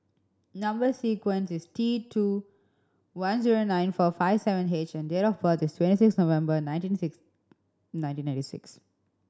number sequence is T two one zero nine four five seven H and date of birth is twenty six November nineteen six nineteen ninety six